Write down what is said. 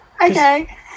okay